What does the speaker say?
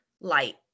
light